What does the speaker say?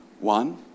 One